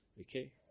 Okay